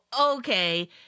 Okay